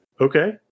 Okay